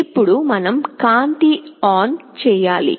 ఇప్పుడు మనం కాంతి ని ఆన్ చేయాలి